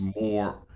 more